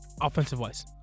offensive-wise